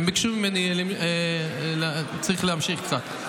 אם הייתה שקיפות בוועדת שרים לחקיקה --- לא,